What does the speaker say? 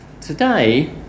today